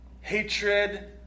hatred